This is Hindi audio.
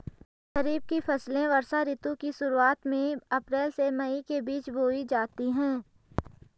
खरीफ की फसलें वर्षा ऋतु की शुरुआत में, अप्रैल से मई के बीच बोई जाती हैं